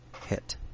Hit